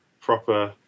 proper